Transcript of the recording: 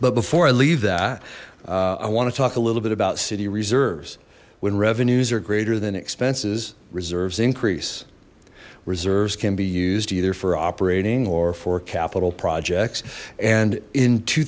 but before i leave that i want to talk a little bit about city reserves when revenues are greater than expenses reserves increase reserves can be used either for operating or for capital projects and in two